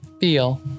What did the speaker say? feel